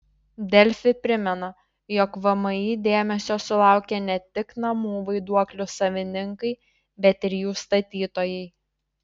delfi primena jog vmi dėmesio sulaukė ne tik namų vaiduoklių savininkai bet ir jų statytojai